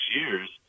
years